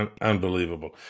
Unbelievable